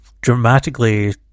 Dramatically